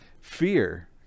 Fear